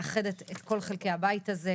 מאחדת את חלקי הבית הזה,